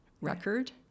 record